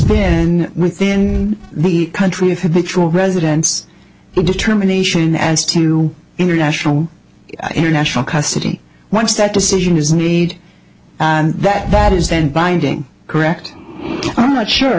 been within the country thank you residence determination as to international international custody once that decision is need and that bat is then binding correct i'm not sure